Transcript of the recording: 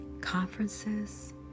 conferences